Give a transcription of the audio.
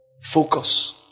Focus